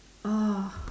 oh